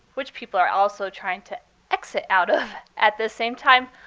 which people are also trying to exit out of. at the same time,